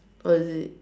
oh is it